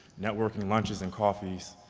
networking lunches and coffees,